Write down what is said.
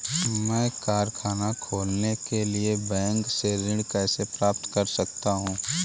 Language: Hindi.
मैं कारखाना खोलने के लिए बैंक से ऋण कैसे प्राप्त कर सकता हूँ?